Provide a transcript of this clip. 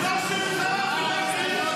היא שלנו.